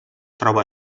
troba